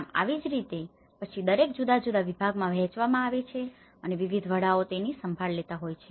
આમ આવી જ રીતે પછી આ દરેકને જુદા જુદા વિભાગોમાં વહેંચવામાં આવે છે અને વિવિધ વડાઓ તેની સંભાળ લેતા હોય છે